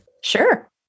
Sure